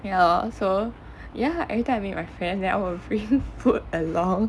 ya lor so ya every time I meet my friends then I'll bring food along